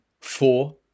four